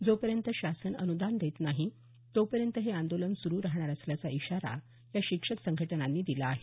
जोपर्यंत शासन अनुदान देत नाही तोपर्यंत हे आंदोलन सुरूच राहणार असल्याचा इशारा या शिक्षक संघटनांनी दिला आहे